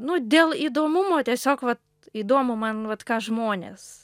nu dėl įdomumo tiesiog vat įdomu man vat ką žmonės